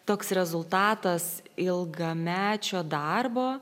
toks rezultatas ilgamečio darbo